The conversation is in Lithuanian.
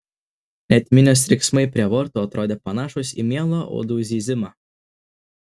net minios riksmai prie vartų atrodė panašūs į mielą uodų zyzimą